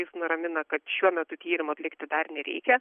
jis nuramina kad šiuo metu tyrimo atlikti dar nereikia